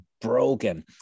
broken